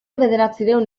bederatziehun